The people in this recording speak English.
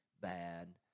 bad